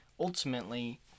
Ultimately